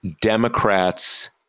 Democrats